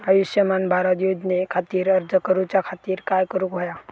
आयुष्यमान भारत योजने खातिर अर्ज करूच्या खातिर काय करुक होया?